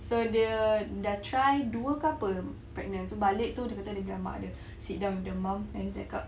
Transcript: so dia dah try dua ke apa pregnant so balik tu dia kata dia bilang emak dia sit down with the mum and dia cakap